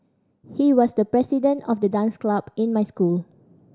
he was the president of the dance club in my school